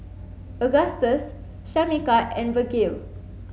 Agustus Shamika and Virgle